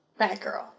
Batgirl